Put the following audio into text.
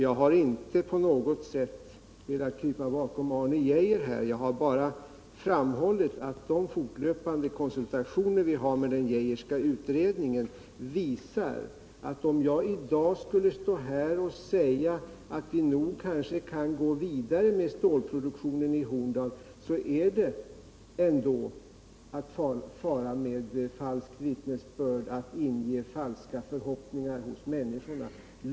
Jag har inte på något sätt velat krypa bakom Arne Geijer i den här frågan, utan jag har bara framhållit att de fortlöpande konsultationer vi har med den Geijerska utredningen visar, att om jag i dag skulle stå här och säga att vi kanske kan gå vidare med stålproduktionen i Horndal, då skulle jag fara med falskt vittnesbörd och inge falska förhoppningar hos människorna.